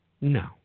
No